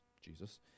Jesus